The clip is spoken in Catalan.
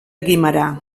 guimerà